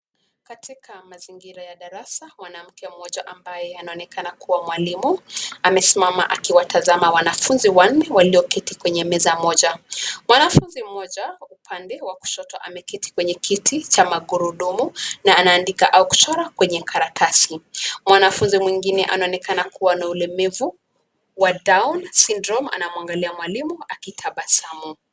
Katika mazingira ya darasa, mwanamke mmoja ambaye anaonekana kua mwalimu, amesimama akiwatazama wanafunzi wanne, walioketi kwenye meza moja, mwanafunzi mmoja, upande wa kushoto, ameketi kwenye kiti, cha magurudumu, na anaandika au kuchora kwenye karatasi, mwanafunzi mwingine anaonekana kua na ulemavu, wa down syndrome ,anamwangalia mwalimu akitabasamu.